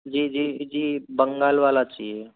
जी जी जी बंगाल वाला चाहिए